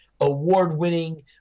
award-winning